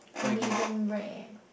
medium rare